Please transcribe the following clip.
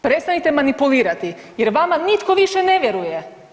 Prestanite manipulirati jer vama nitko više ne vjeruje.